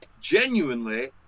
genuinely